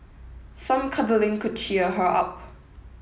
some cuddling could cheer her up